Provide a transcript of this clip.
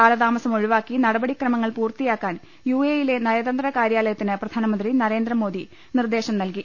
കാലതാമസമൊഴിവാക്കി നടപടിക്രമങ്ങൾ പൂർത്തിയാക്കാൻ U A യിലെ നയതന്ത്രകാര്യാലയത്തിന് പ്രധാനമന്ത്രി നരേന്ദ്രമോദി നിർദ്ദേശം നല്കി